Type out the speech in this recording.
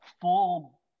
full